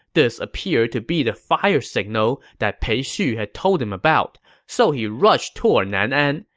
this appeared to be the fire signal that pei xu had told him about. so he rushed toward nanan.